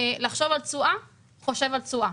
לחשוב על תשואה חושב על תשואה,